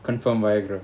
confirm ஆய்டும்:aaidum